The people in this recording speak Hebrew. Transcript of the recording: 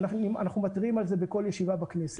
ואנחנו מתריעים על זה בכל ישיבה בכנסת.